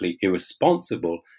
irresponsible